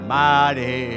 mighty